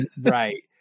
right